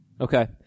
Okay